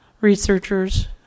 researchers